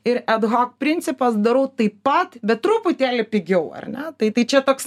ir edhok principas darau taip pat bet truputėlį pigiau ar ne tai tai čia toks